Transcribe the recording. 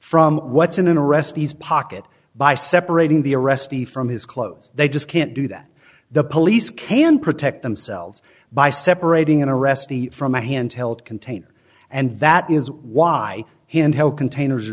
from what's in an arrest these pocket by separating the arrestee from his clothes they just can't do that the police can protect themselves by separating an arrestee from a hand held container and that is why in hell containers a